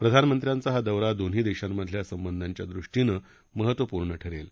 प्रधानमंत्र्यांचा हा दौरा दोन्ही देशांमधल्या संबंधांच्या दृष्टीनं महत्त्वपूर्ण ठरेल